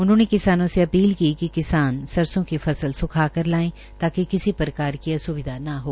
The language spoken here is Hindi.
उन्होंने किसानों से अपील की कि किसान सरसो की फसल सुखाकर लाये ताकि किसी प्रकार की असुविधा न हो